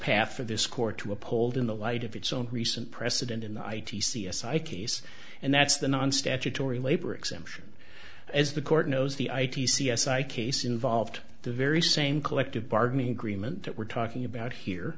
path for this court to uphold in the light of its own recent precedent in the i t c s i case and that's the non statutory labor exemption as the court knows the i t c s i case involved the very same collective bargaining agreement that we're talking